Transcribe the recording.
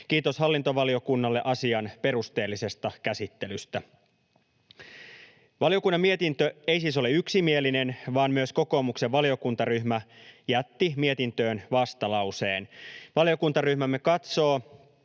Kiitos hallintovaliokunnalle asian perusteellisesta käsittelystä. Valiokunnan mietintö ei siis ole yksimielinen, vaan myös kokoomuksen valiokuntaryhmä jätti mietintöön vastalauseen. Valiokuntaryhmämme katsoo,